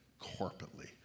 corporately